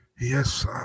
Yes